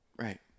Right